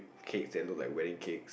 cakes that look like wedding cakes